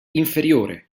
inferiore